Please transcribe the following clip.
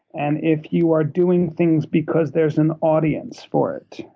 and if you are doing things because there's an audience for it,